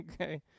Okay